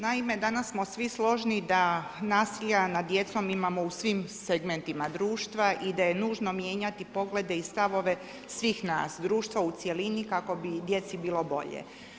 Naime, danas smo svi složni da nasilja nad djecom imamo u svim segmentima društva i da je nužno mijenjati poglede i stavove svih nas, društva u cjelini kako bi djeci bilo bolje.